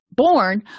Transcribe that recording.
born